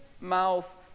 mouth